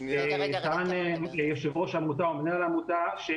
טען יו"ר העמותה או מנהל העמותה שהוא